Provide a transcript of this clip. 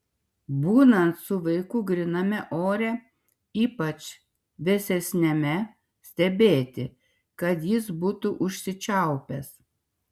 būnant su vaiku gryname ore ypač vėsesniame stebėti kad jis būtų užsičiaupęs